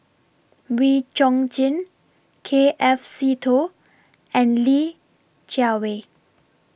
Wee Chong Jin K F Seetoh and Li Jiawei